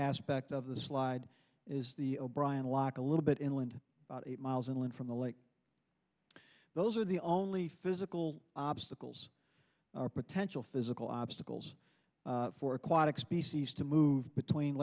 aspect of the slide is the o'brien lock a little bit inland eight miles inland from the lake those are the only physical obstacles are potential physical obstacles for aquatic species to move between